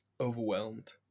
overwhelmed